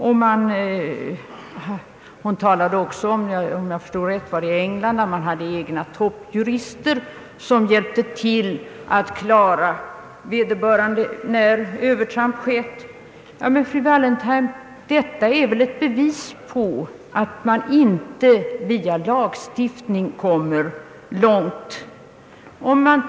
Fru Wallentheim talade också om ett fall i England, där förläggaren hade egna toppjurister, vilka hjälpte till att fria förläggaren när något övertramp skedde. Men, fru Wallentheim, detta är väl ett bevis på att man inte kommer långt via lagstiftning.